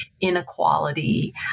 inequality